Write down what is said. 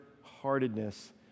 heartedness